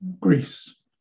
Greece